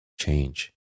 change